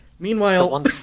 Meanwhile